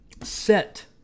set